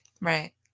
Right